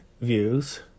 views